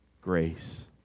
grace